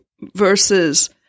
Versus